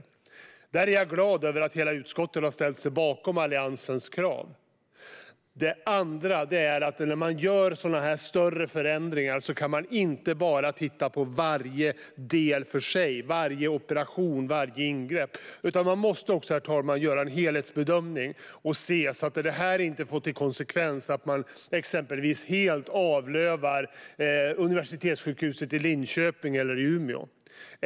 Jag är glad över att hela utskottet har ställt sig bakom Alliansens krav. För det andra: När man gör sådana större förändringar kan man inte bara titta på varje del för sig - varje operation och varje ingrepp - utan man måste också göra en helhetsbedömning, så att konsekvensen inte blir att man exempelvis helt avlövar universitetssjukhusen i Linköping och Umeå.